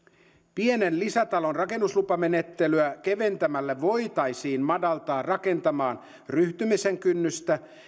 pienen lisätalon rakennuslupamenettelyä keventämällä voitaisiin madaltaa rakentamaan ryhtymisen kynnystä